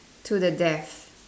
to the death